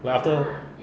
but after